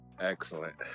Excellent